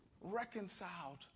reconciled